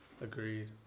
Agreed